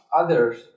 others